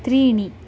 त्रीणि